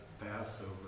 Passover